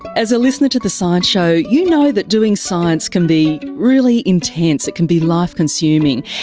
as a listener to the science show, you know that doing science can be really intense, it can be life consuming,